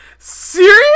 serious